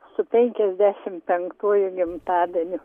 su penkiasdešim penktuoju gimtadieniu